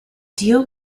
deal